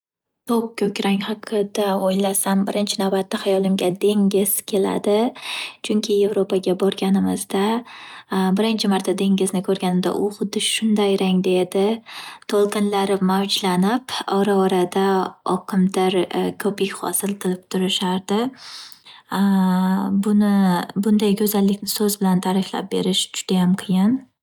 To’q ko’k rang haqida o’ylasam birinchi navbatda hayolimga dengiz keladi, chunki yevropaga borganimizda birinchi marta dengizni ko'rganimizda u xuddi shunday rangda edi, to’lqinlari mavjlanib ora- orada oqimtir ko’pik hosil qilib turishadi bunday go’zallikni so’z bilan tariflab berish judayam qiyin.